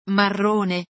marrone